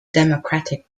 democratic